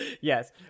Yes